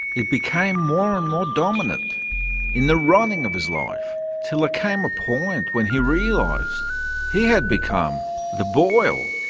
it became more and more dominant in the running of his life til there came a point when he realised he had become the boil.